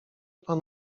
pan